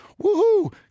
Woohoo